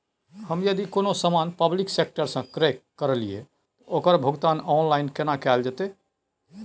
हम यदि कोनो सामान पब्लिक सेक्टर सं क्रय करलिए त ओकर भुगतान ऑनलाइन केना कैल जेतै?